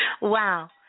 wow